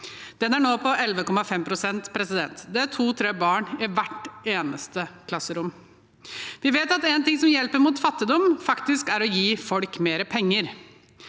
Den er nå på 11,5 pst. Det tilsvarer to–tre barn i hvert eneste klasserom. Vi vet at én ting som hjelper mot fattigdom, er å gi folk mer penger.